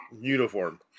uniform